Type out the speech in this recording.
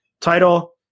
title